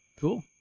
Cool